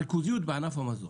הריכוזיות בענף המזון,